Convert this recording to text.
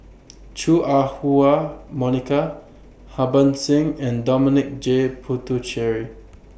Chua Ah Huwa Monica Harbans Singh and Dominic J Puthucheary